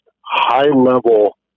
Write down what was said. high-level